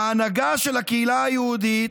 ההנהגה של הקהילה היהודית,